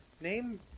name